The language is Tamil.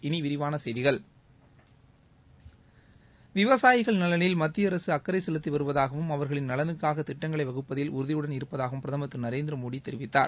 இனி விரிவான செய்திகள் விவசாயிகள் நலனில் மத்திய அரசு அக்கறை செலுத்தி வருவதாகவும் அவர்களின் நலனுக்கான திட்டங்களை வகுப்பதில் உறுதியுடன் இருப்பதாகவும் பிரதமர் திரு நரேந்திரமோடி தெரிவித்தார்